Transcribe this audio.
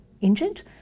injured